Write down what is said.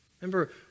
Remember